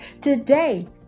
today